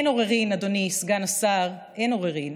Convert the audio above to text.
אין עוררין, אדוני סגן השר, אין עוררין